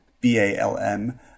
B-A-L-M